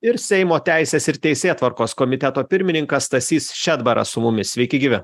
ir seimo teisės ir teisėtvarkos komiteto pirmininkas stasys šedbaras su mumis sveiki gyvi